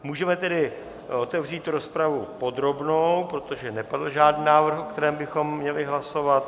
Můžeme tedy otevřít rozpravu podrobnou, protože nepadl žádný návrh, o kterém bychom měli hlasovat.